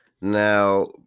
Now